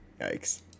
Yikes